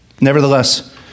Nevertheless